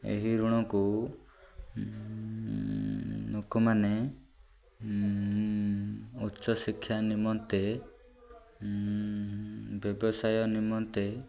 ଏହି ଋଣକୁ ଲୋକମାନେ ଉଚ୍ଚ ଶିକ୍ଷା ନିମନ୍ତେ ବ୍ୟବସାୟ ନିମନ୍ତେ